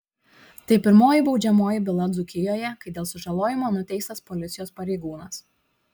tai pirmoji baudžiamoji byla dzūkijoje kai dėl sužalojimo nuteistas policijos pareigūnas